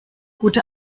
gute